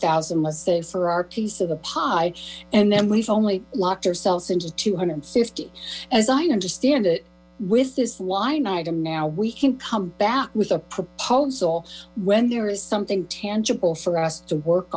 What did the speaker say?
thousand let's say for our piece of the pie and then we've only locked ourselves into two hundred and fifty as i understand it with this line item now we can come back with a proposal when there is something tangible for us to work